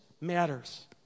matters